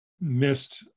missed